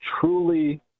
truly